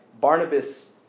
Barnabas